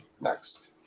Next